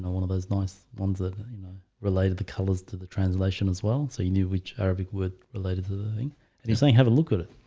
one of those nice ones that you know related the colors to the translation as well so you knew which arabic word related to the thing and you're saying have a look at it?